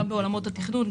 גם בעולמות התכנון,